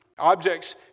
Objects